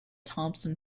thompson